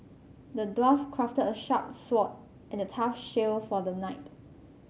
the dwarf crafted a sharp sword and a tough shield for the knight